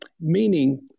Meaning